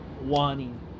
wanting